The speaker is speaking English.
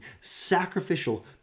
sacrificial